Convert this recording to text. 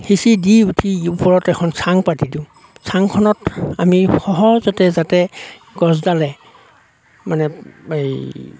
সিঁচি দি উঠি ওপৰত এখন চাং পাতি দিওঁ চাঙখনত আমি সহজতে যাতে গছডালে মানে এই